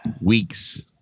weeks